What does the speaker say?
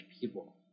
people